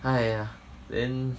!haiya! then